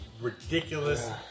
ridiculous